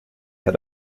had